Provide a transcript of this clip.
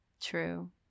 true